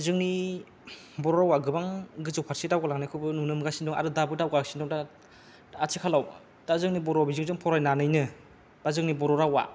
जोंनि बर'रावा गोबां गोजौ फारसे दावगालांनायखौबो नुनो मोनगासिनो दं आरो दाबो दावगासिनो दं आथिखालयाव दा जोंनि बर' बिजोंजों फरायनानैनो बा जोंनि बर'रावआ